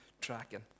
tracking